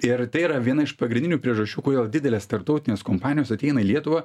ir tai yra viena iš pagrindinių priežasčių kodėl didelės tarptautinės kompanijos ateina į lietuvą